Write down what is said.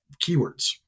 keywords